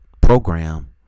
program